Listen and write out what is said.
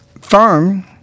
firm